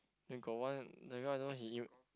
then got one that guy I don't he em~